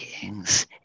beings